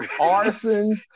arson